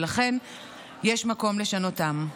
ולכן יש מקום לשנותם.